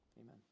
Amen